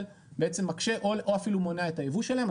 בעצם משקה או מונע אפילו את היבוא שלהם.